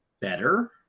better